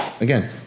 again